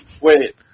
Wait